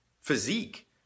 physique